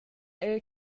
era